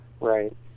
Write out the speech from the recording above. right